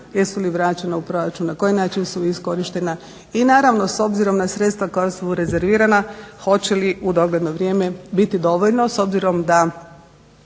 jesu li vraćena u proračun, na koji način su iskorištena. I naravno, s obzirom na sredstva koja su rezervirana, hoće li u dogledno vrijeme biti dovoljno s obzirom da